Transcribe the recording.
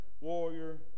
warrior